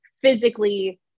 physically